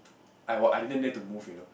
I was I didn't dare to move you know